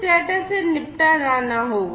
तो इस डेटा से निपटा जाना होगा